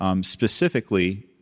specifically